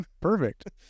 Perfect